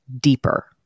deeper